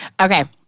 Okay